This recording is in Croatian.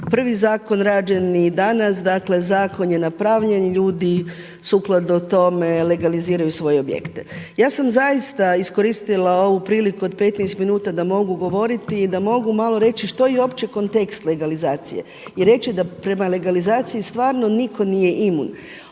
prvi zakon rađen i danas, dakle zakon je napravljen, ljudi sukladno tome legaliziraju svoje objekte. Ja sam zaista iskoristila ovu priliku od 15 minuta da mogu govoriti i da mogu malo reći što je opći kontekst legalizacije i reći da prema legalizaciji stvarno nitko nije imun.